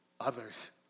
others